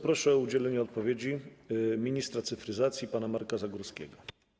Proszę o udzielenie odpowiedzi ministra cyfryzacji pana Marka Zagórskiego.